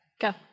Go